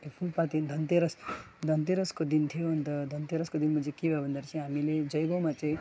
ए फुलपाती धनतेरस धनतेरसको दिन थियो अनि त धनतेरसको दिनमा चाहिँ के भयो भन्दाखेरि चाहिँ हामीले जयगाउँमा चाहिँ